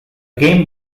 game